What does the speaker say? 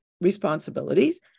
responsibilities